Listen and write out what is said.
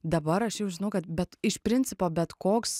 dabar aš jau žinau kad bet iš principo bet koks